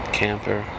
camper